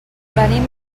venim